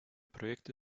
projekt